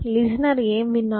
listener ఏమి విన్నారు